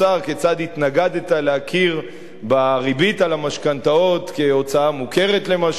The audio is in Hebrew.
כיצד התנגדת להכיר בריבית על המשכנתאות כהוצאה מוכרת למשל,